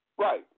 Right